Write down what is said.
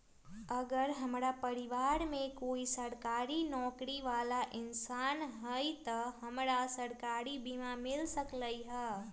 अगर हमरा परिवार में कोई सरकारी नौकरी बाला इंसान हई त हमरा सरकारी बीमा मिल सकलई ह?